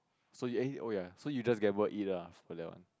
so yeah oh ya so you just gamble eat lah for that one